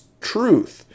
truth